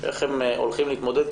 הם הולכים להתמודד.